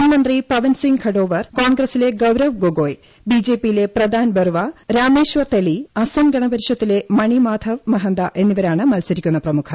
മുൻമന്ത്രി പവൻസിങ് ഘടോവർ കോൺഗ്രസിലെ ഗൌരവ് ഗൊഗോയ് ബിജെപിയിലെ പ്രദാൻ ബറുവ രാമേശ്വർ തെലി അസം ഗണപരിഷത്തിലെ മണി മാധവ് മഹന്ത എന്നിവരാണ് മത്സരിക്കുന്ന പ്രമുഖർ